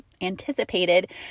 anticipated